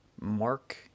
Mark